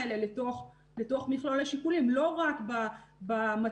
אנחנו מול שוקת שבורה,